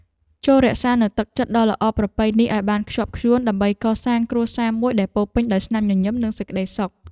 ចូររក្សានូវទឹកចិត្តដ៏ល្អប្រពៃនេះឱ្យបានខ្ជាប់ខ្ជួនដើម្បីកសាងគ្រួសារមួយដែលពោរពេញដោយស្នាមញញឹមនិងសេចក្តីសុខ។